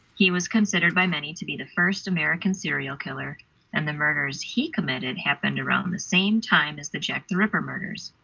he was considered by many to be the first american serial killer and the murders he committed happened around the same time as the jack the ripper murders.